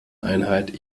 einheit